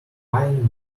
fine